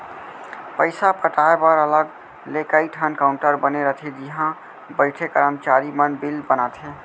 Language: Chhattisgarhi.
पइसा पटाए बर अलग ले कइ ठन काउंटर बने रथे जिहॉ बइठे करमचारी मन बिल बनाथे